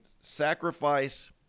sacrifice